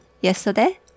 yesterday